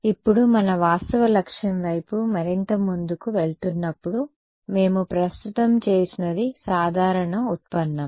కాబట్టి ఇప్పుడు మన వాస్తవ లక్ష్యం వైపు మరింత ముందుకు వెళుతున్నప్పుడు మేము ప్రస్తుతం చేసినది సాధారణ ఉత్పన్నం